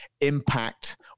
impact